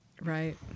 Right